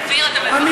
אתה משקשק?